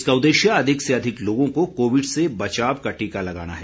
इसका उद्देश्य अधिक से अधिक लोगों को कोविड से बचाव का टीका लगाना है